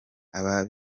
abo